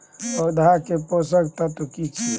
पौधा के पोषक तत्व की छिये?